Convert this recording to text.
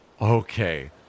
okay